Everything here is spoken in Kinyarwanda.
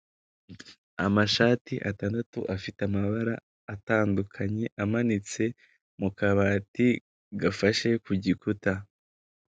Amashati atandatu afite amabara atandukanye, amanitse mu kabati gafashe ku gikuta.